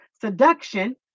seduction